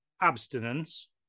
abstinence